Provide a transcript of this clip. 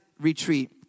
retreat